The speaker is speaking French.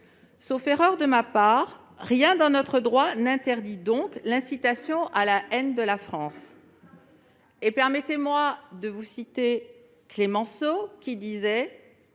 Sauf erreur de ma part, rien dans notre droit n'interdit l'incitation à la haine de la France. Permettez-moi de citer Clemenceau qui disait